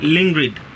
Lingrid